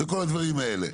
וכל הדברים האלה.